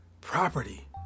property